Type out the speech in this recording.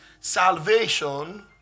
Salvation